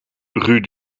rue